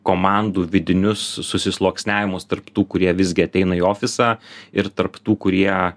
komandų vidinius susisluoksniavimus tarp tų kurie visgi ateina į ofisą ir tarp tų kurie